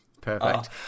Perfect